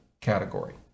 category